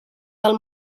del